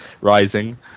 Rising